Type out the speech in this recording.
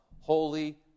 holy